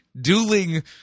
Dueling